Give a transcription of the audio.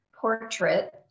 portrait